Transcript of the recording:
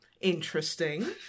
interesting